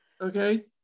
okay